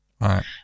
Right